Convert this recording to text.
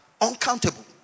uncountable